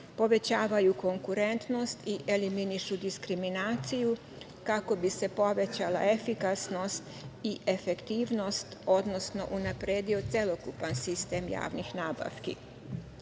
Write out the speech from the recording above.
povećavaju konkurentnost i eliminišu diskriminaciju, kako bi se povećala efikasnost i efektivnost, odnosno unapredio celokupan sistem javnih nabavki. Odbor